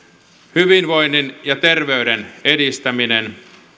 hyvinvoinnin ja terveyden edistäminen